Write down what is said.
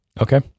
Okay